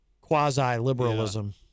quasi-liberalism